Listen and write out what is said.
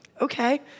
Okay